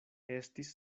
estis